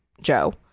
Joe